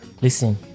Listen